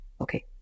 Okay